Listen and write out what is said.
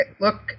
look